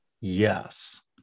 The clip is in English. Yes